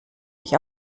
mich